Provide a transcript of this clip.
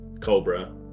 Cobra